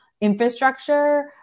infrastructure